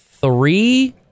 three